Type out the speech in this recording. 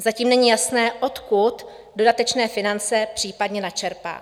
Zatím není jasné, odkud dodatečné finance případně načerpá.